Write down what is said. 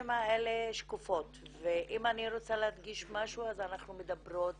האלה שקופות ואם אני רוצה להדגיש משהו אז אנחנו מדברות